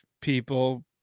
people